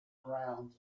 ground